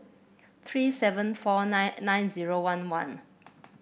three seven four nine nine zero one one